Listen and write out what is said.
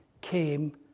came